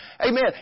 Amen